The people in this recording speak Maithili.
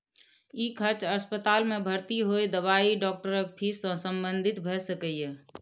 ई खर्च अस्पताल मे भर्ती होय, दवाई, डॉक्टरक फीस सं संबंधित भए सकैए